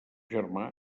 germà